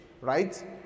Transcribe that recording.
right